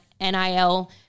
NIL